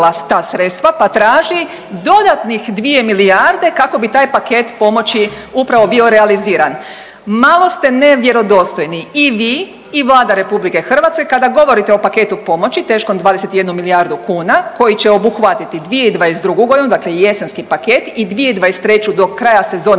pa traži dodatnih 2 milijarde kako bi taj paket pomoći upravo bio realiziran. Malo ste nevjerodostojni i vi i Vlada Republike Hrvatske kada govorite o paketu pomoći teško 21 milijardu kuna koji će obuhvatiti 2022. godinu dakle jesenski paket i 2023. do kraja sezone